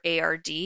ARD